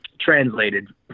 translated